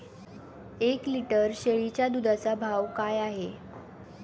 एक लिटर शेळीच्या दुधाचा भाव काय आहे?